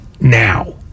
now